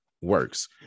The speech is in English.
works